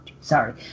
Sorry